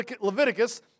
Leviticus